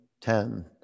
ten